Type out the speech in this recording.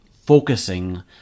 focusing